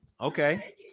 Okay